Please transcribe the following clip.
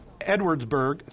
Edwardsburg